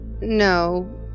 No